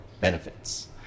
benefits